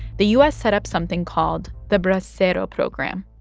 the u s. set up something called the bracero program,